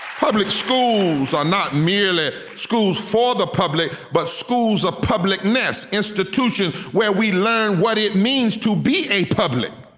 public schools are not merely schools for the public, but schools of publicness. institutions where we learn what it means to be a public,